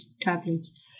tablets